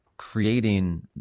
creating